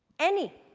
any